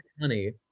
honey